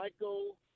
Michael –